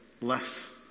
less